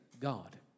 God